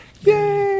Yay